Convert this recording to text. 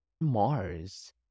Mars